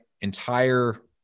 entire